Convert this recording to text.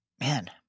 Man